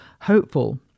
hopeful